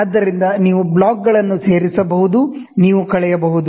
ಆದ್ದರಿಂದ ನೀವು ಬ್ಲಾಕ್ಗಳನ್ನು ಸೇರಿಸಬಹುದು ನೀವು ಕಳೆಯಬಹುದು